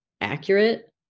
accurate